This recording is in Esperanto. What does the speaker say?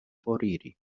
foriri